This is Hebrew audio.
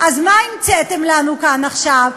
אז מה המצאתם לנו כאן עכשיו?